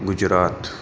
Gujarat